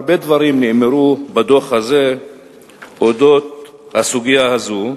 הרבה דברים נאמרו בדוח הזה על הסוגיה הזאת,